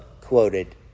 quoted